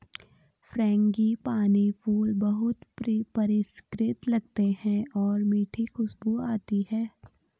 frangipani फूल बहुत परिष्कृत लगते हैं और मीठी खुशबू आती है